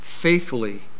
Faithfully